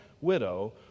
widow